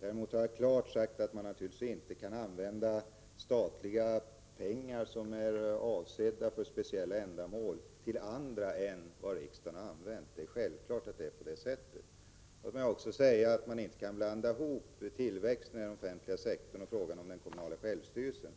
Däremot har jag klart sagt att man naturligtvis inte kan använda statliga pengar, som är avsedda för speciella ändamål, till andra ändamål än vad riksdagen har angivit. Det är självfallet att det är på det sättet. Låt mig också säga att man inte kan blanda ihop tillväxten i den offentliga sektorn och frågan om den kommunala självstyrelsen.